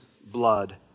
blood